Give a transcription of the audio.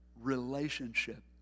relationship